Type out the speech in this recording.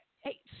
hey